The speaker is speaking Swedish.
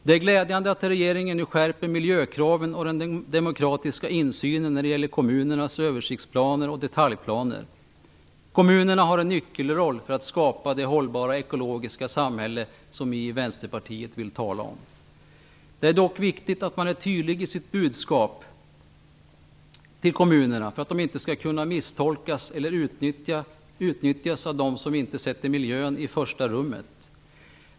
Det är glädjande att regeringen nu skärper miljökraven och den demokratiska insynen när det gäller kommunernas översiktsplaner och detaljplaner. Kommunerna har en nyckelroll för att skapa det hållbara ekologiska samhälle som vi i Vänsterpartiet vill tala om. Det är dock viktigt att man är tydlig i sitt budskap till kommunerna, för att det inte skall kunna misstolkas eller utnyttjas av de som inte sätter miljön i första rummet.